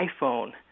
iPhone